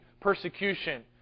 persecution